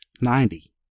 ninety